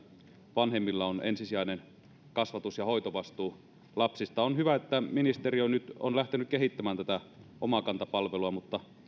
vanhemmilla on ensisijainen kasvatus ja hoitovastuu lapsista on hyvä että ministeriö on nyt lähtenyt kehittämään tätä omakanta palvelua mutta